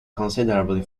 considerably